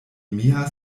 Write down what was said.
mia